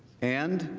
and